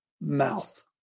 mouth